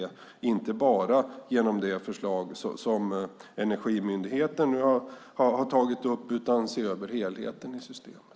Det kan vi göra inte bara genom det förslag som Energimyndigheten nu har tagit upp utan genom att se över helheten i systemet.